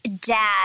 dad